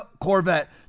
Corvette